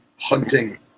hunting